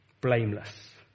blameless